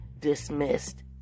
dismissed